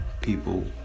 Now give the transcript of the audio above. people